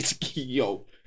yo